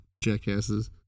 jackasses